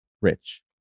rich